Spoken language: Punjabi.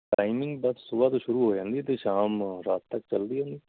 ਟਾਈਮਿੰਗ ਬਸ ਸੁਬਹ ਤੋਂ ਸ਼ੁਰੂ ਹੋ ਜਾਂਦੀ ਹੈ ਅਤੇ ਸ਼ਾਮ ਰਾਤ ਤੱਕ ਚਲਦੀ ਹੈ ਜੀ